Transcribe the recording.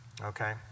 Okay